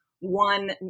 one